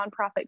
nonprofit